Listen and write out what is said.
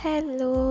Hello